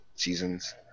Seasons